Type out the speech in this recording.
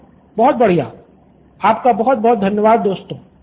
student 1 बहुत बढ़िया आपका बहुत बहुत धन्यवाद दोस्तों